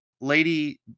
lady